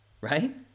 right